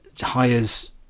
hires